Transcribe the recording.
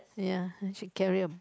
yeah she carry a